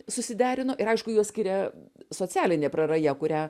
susiderino ir aišku juos skiria socialinė praraja kurią